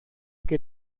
que